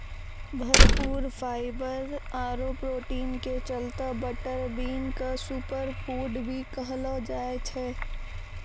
भरपूर फाइवर आरो प्रोटीन के चलतॅ बटर बीन क सूपर फूड भी कहलो जाय छै